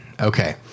Okay